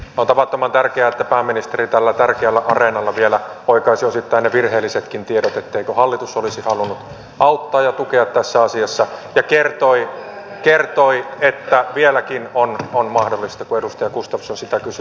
on tavattoman tärkeää että pääministeri tällä tärkeällä areenalla vielä oikaisi ne osittain virheellisetkin tiedot etteikö hallitus olisi halunnut auttaa ja tukea tässä asiassa ja kertoi että vieläkin on mahdollista kun edustaja gustafsson sitä kysyi